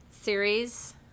series